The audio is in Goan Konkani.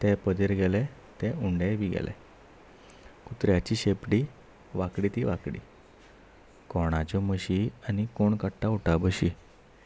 ते पदेर गेले ते उंडेय बी गेले कुत्र्याची शेंपडी वांकडी ती वांकडी कोणाच्यो मशी आनी कोण काडटा उठा बशी